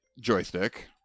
joystick